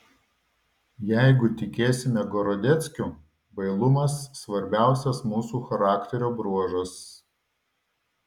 jeigu tikėsime gorodeckiu bailumas svarbiausias mūsų charakterio bruožas